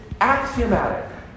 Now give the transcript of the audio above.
axiomatic